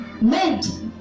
meant